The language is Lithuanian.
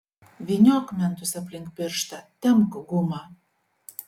vyniok mentus aplink pirštą tempk gumą